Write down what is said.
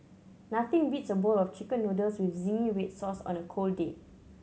nothing beats a bowl of Chicken Noodles with zingy red sauce on a cold day